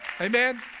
Amen